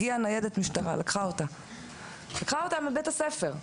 הגיעה ניידת משטרה, לקחה אותה מבית הספר.